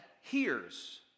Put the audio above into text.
hears